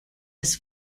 his